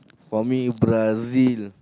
for me Brazil